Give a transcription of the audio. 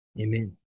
Amen